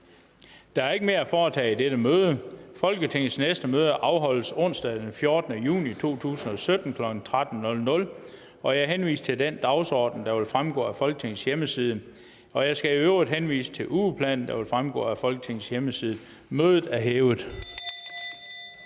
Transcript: Der er ikke mere at foretage i dette møde. Folketingets næste møde afholdes på onsdag den 14. juni 2017, kl. 13.00. Jeg henviser til den dagsorden, der vil fremgå af Folketingets hjemmeside. Jeg skal i øvrigt henvise til ugeplanen, der vil fremgå af Folketingets hjemmeside. Mødet er hævet.